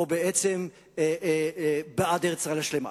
או בעצם אני בעד ארץ-ישראל השלמה.